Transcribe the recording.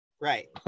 Right